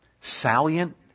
salient